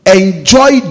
enjoy